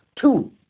Two